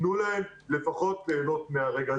תנו להם לפחות ליהנות מהרגע.